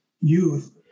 youth